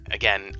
Again